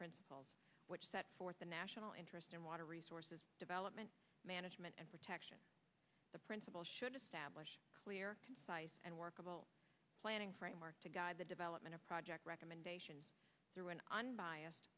principles which set forth the national interest in water resources development management and protection the principle should establish a clear concise and workable planning framework to guide the development of project recommendations through an unbiased